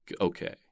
okay